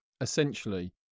Essentially